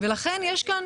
לכן יש כאן